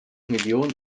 millionen